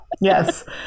Yes